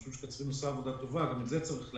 אנחנו חושבים שקצרין עושה עבודה טובה וגם את זה צריך להגיד.